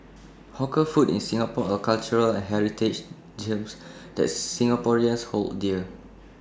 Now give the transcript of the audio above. hawker food in Singapore are cultural and heritage gems that Singaporeans hold dear